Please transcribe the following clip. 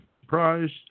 surprised